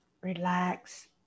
relax